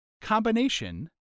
combination